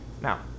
Now